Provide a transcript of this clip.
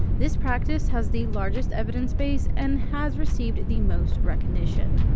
this practice has the largest evidence base and has received the most recognition.